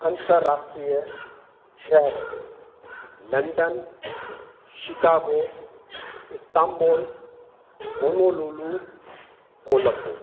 अंतर्राष्ट्रीय शहर London Chicago Istanbul Honolulu Colombo